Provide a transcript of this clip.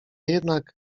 jednak